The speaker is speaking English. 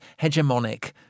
hegemonic